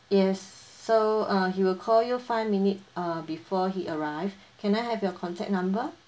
yes so uh he will call you five minutes uh before he arrived can I have your contact number